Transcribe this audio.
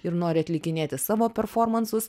ir nori atlikinėti savo performansus